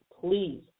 please